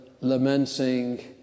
lamenting